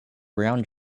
brown